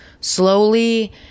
slowly